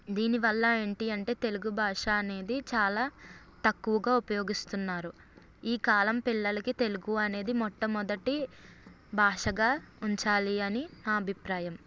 దీనివల్ల ఏంటి అంటే తెలుగు భాష అనేది చాలా తక్కువగా ఉపయోగిస్తున్నారు ఈ కాలం పిల్లలకి తెలుగు అనేది మొట్టమొదటి భాషగా ఉంచాలి అని నా అభిప్రాయం